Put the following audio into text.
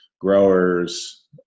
growers